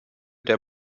der